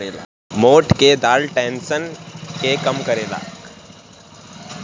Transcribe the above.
मोठ के दाल टेंशन के कम करेला